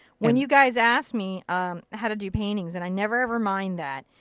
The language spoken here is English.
when you guys ask me how to do paintings, and i never ever mind that,